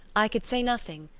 i could say nothing,